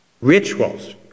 rituals